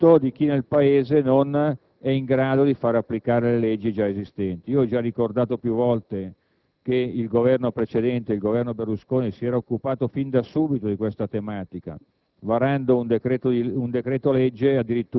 ma va a disdoro soprattutto di chi nel Paese non è in grado di far applicare le leggi esistenti. Ho ricordato più volte che il Governo precedente, il Governo Berlusconi, si era occupato fin da subito della tematica